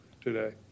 today